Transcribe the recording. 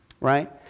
right